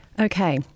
Okay